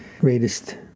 greatest